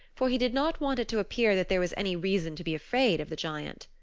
for he did not want it to appear that there was any reason to be afraid of the giant.